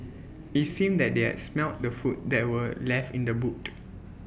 IT seemed that they had smelt the food that were left in the boot